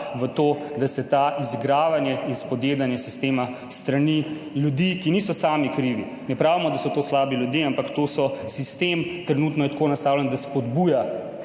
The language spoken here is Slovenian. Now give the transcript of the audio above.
temu, da se to izigravanje in spodjedanje sistema s strani ljudi, ki niso sami krivi, ne pravimo, da so to slabi ljudje, ampak je sistem trenutno tako nastavljen, da spodbuja